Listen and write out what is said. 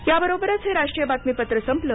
या बरोबरच हे राष्ट्रीय बातमीपत्र संपलं